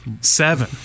Seven